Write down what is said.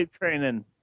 training